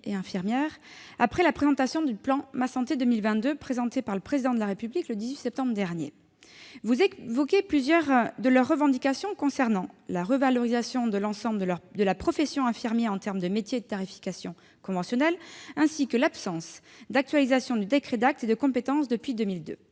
les infirmiers après la présentation du plan « Ma Santé 2022 » par le Président de la République, le 18 septembre dernier. Vous évoquez plusieurs de leurs revendications concernant la revalorisation de l'ensemble de la profession infirmière en termes de métier et de tarification conventionnelle et l'absence d'actualisation du décret d'actes et de compétences depuis 2002.